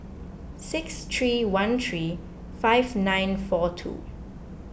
six three one three five nine four two